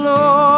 Lord